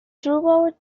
throughout